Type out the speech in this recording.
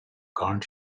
card